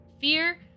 fear